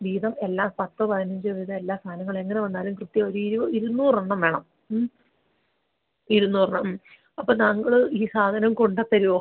വീതം എല്ലാ പത്ത് പതിനഞ്ച് വീതം എല്ലാ സാധനങ്ങൾ എങ്ങനെ വന്നാലും കൃത്യം ഒരു ഇരുപത് ഇരുന്നൂറ് എണ്ണം വേണം മ് ഇരുന്നൂറ് മ് അപ്പം താങ്കൾ ഈ സാധനം കൊണ്ട് തരുമോ